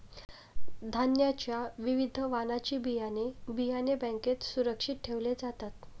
धान्याच्या विविध वाणाची बियाणे, बियाणे बँकेत सुरक्षित ठेवले जातात